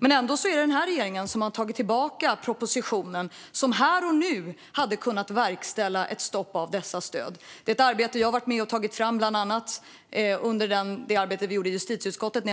Men ändå har den här regeringen dragit tillbaka en proposition som här och nu hade kunnat verkställa ett stopp för dessa stöd. Det är ett arbete som jag har varit med och tagit fram, bland annat när jag satt i justitieutskottet